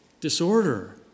disorder